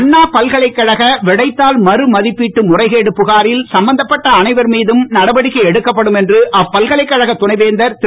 அண்ணா பல்கலைக்கழக விடைத்தாள் மறுமதிப்பீட்டு முறைகேடு புகாரில் சம்பந்தப்பட்ட அனைவரின் மீதும் நடவடிக்கை எடுக்கப்படும் என்று அப்பல்கலைகழக துணைவேந்தர் திரு